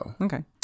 Okay